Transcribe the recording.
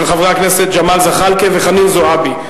של חברי הכנסת ג'מאל זחאלקה וחנין זועבי.